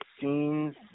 Scenes